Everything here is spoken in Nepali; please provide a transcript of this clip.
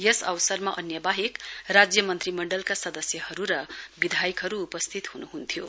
यस अवसरमा अन्य बाहेक राज्य मन्त्रीमण्डलका सदस्यहरू र विधायकहरू उपस्थित हुनुहुनुहुन्थ्यो